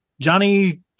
Johnny